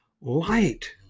light